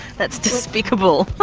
that's despicable.